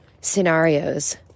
scenarios